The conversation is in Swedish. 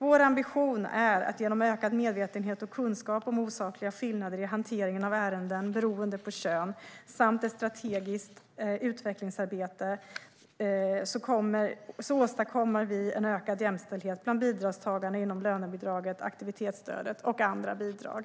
Vår ambition är att genom ökad medvetenhet och kunskap om osakliga skillnader i hanteringen av ärenden beroende på kön samt ett strategiskt utvecklingsarbete åstadkomma en ökad jämställdhet bland bidragstagarna inom lönebidraget, aktivitetsstödet och andra bidrag.